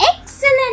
excellent